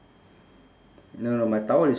no no my towel is